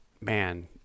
Man